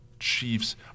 Chiefs